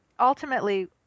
ultimately